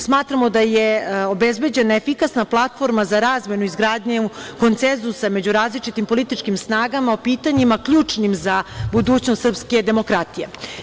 Smatramo da je obezbeđena efikasna platforma za razmenu i izgradnju konsenzusa među različitim političkim snagama o pitanjima ključnim za budućnost srpske demokratije.